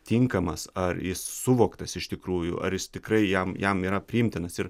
tinkamas ar suvoktas iš tikrųjų ar jis tikrai jam jam yra priimtinas ir